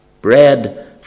Bread